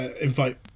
invite